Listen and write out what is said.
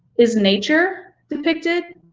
is nature depicted